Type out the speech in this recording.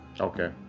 Okay